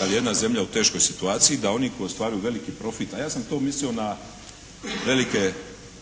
je jedna zemlja u teškoj situaciju da oni koji ostvaruju veliki profit, a ja sam to mislio na velike